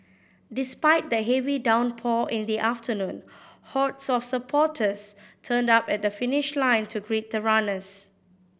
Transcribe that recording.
despite the heavy downpour in the afternoon hordes of supporters turned up at the finish line to greet the runners